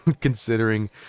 considering